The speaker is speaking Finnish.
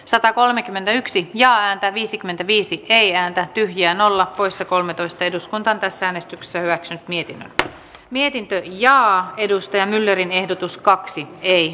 satakolmekymmentäyksi jaa ääntä viisikymmentäviisi ei ääntä ja nolla poissa kolmetoista eduskunta tässä äänestyksessä hyväksy niityn mietintö linjaa edustaja myllerin ehdotus kaksi ei